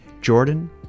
Jordan